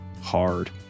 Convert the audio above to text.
hard